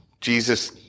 Jesus